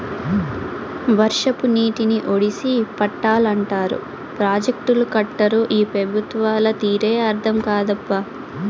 వర్షపు నీటిని ఒడిసి పట్టాలంటారు ప్రాజెక్టులు కట్టరు ఈ పెబుత్వాల తీరే అర్థం కాదప్పా